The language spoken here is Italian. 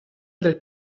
del